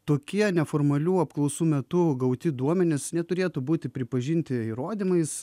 tokie neformalių apklausų metu gauti duomenys neturėtų būti pripažinti įrodymais